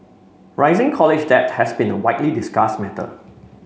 rising college debt has been a widely discussed matter